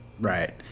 Right